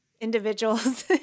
individuals